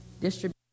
distribution